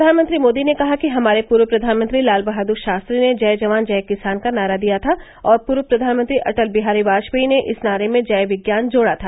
प्रधानमंत्री मोदी ने कहा कि हमारे पूर्व प्रधानमंत्री लाल बहादुर शास्त्री ने जय जवान जय किसान का नारा दिया था और पूर्व प्रधानमंत्री अटल बिहारी वाजपेयी ने इस नारे में जय विज्ञान जोड़ा था